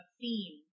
theme